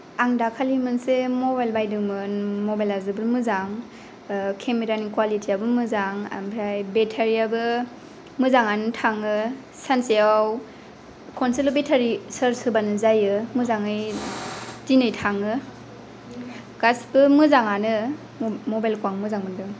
आं दाखालि मोनसे मबाइल बायदोंमोन मबाइला जोबोर मोजां केमेरानि कुवालिटियाबो मोजां ओमफ्राय बेटारियाबो मोजाङानो थाङो सानसेयाव खनसेल' बेटारि चार्ज होब्लानो जायो मोजाङै दिनै थाङो गासैबो मोजाङानो मबाइलखौ आं मोजां मोनदों